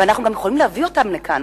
ואנחנו גם יכולים להביא אותם לכאן.